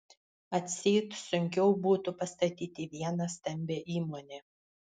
atseit sunkiau būtų pastatyti vieną stambią įmonę